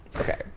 Okay